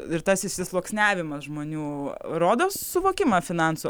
ir tas išsisluoksniavimas žmonių rodo suvokimą finansų